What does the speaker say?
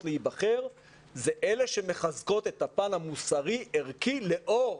להיבחר זה אלה שמחזקות את הפן המוסרי-ערכי לאור